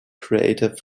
creative